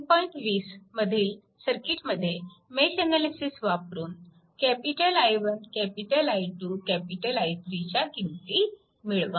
20 मधील सर्किटमध्ये mesh analysis वापरून I1 I2 I3 च्या किंमती मिळवा